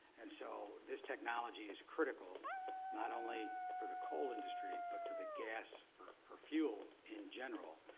and so this technology is critical not only for the coal industry, but for the gas, for for fuel in general,